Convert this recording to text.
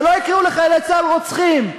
שלא יקראו לחיילי צה"ל רוצחים,